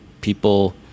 people